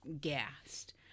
gassed